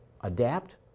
Adapt